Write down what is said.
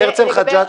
הרצל חג'אג'.